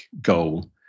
goal